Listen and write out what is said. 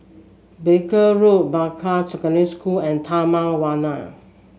Barker Road Peicai Secondary School and Taman Warna